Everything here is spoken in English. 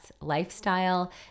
lifestyle